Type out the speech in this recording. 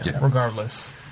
regardless